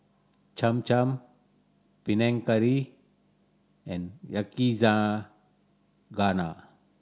Cham Cham Panang Curry and Yakizakana